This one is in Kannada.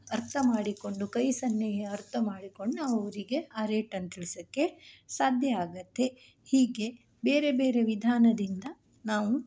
ಅರ್ಥ ಮಾಡಿಕೊಂಡು ಕೈ ಸನ್ನೆಯ ಅರ್ಥ ಮಾಡಿಕೊಂಡು ನಾವು ಅವರಿಗೆ ಆ ರೇಟನ್ನು ತಿಳ್ಸಕ್ಕೆ ಸಾಧ್ಯ ಆಗತ್ತೆ ಹೀಗೆ ಬೇರೆ ಬೇರೆ ವಿಧಾನದಿಂದ ನಾವು